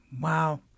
Wow